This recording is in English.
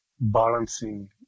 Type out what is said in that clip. balancing